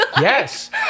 Yes